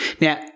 Now